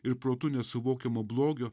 ir protu nesuvokiamo blogio